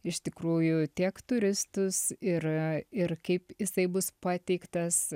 iš tikrųjų tiek turistus ir ir kaip jisai bus pateiktas